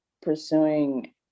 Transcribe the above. pursuing